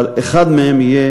אבל אחד מהם יהיה